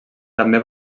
també